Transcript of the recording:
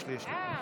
מספיק.